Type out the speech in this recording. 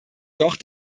doch